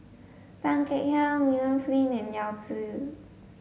Tan Kek Hiang William Flint and Yao Zi